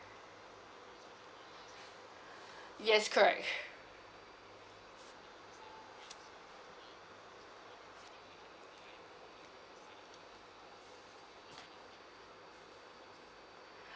yes correct